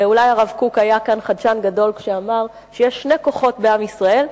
ואולי הרב קוק היה כאן חדשן גדול כשאמר שיש שני כוחות בעם ישראל,